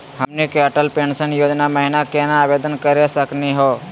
हमनी के अटल पेंसन योजना महिना केना आवेदन करे सकनी हो?